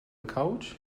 couch